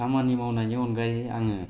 खामानि मावनायनि अनगायै आङो